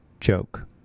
joke